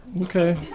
Okay